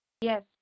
Yes